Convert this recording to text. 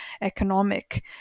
economic